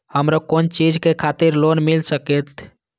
हमरो कोन चीज के खातिर लोन मिल संकेत?